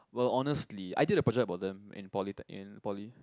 well honestly I did a project about them in polytec~ in poly